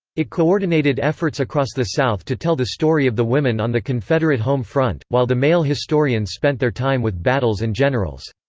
it coordinated efforts across the south to tell the story of the women on the confederate home front, while the male historians spent their time with battles and generals.